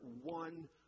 one